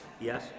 Yes